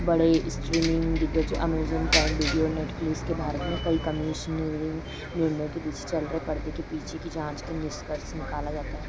बड़े इस्ट्रीमिंग दिग्गज Amazon prime video Netflix के भारत में कई कमिशनरिंग निर्णय के पीछे चल रहे पर्दे के पीछे की जाँच के निष्कर्ष निकाला जाता है